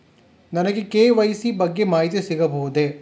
ನನಗೆ ಕೆ.ವೈ.ಸಿ ಬಗ್ಗೆ ಮಾಹಿತಿ ಸಿಗಬಹುದೇ?